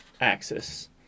axis